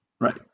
Right